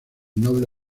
noble